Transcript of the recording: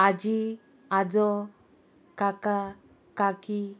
आजी आजो काका काकी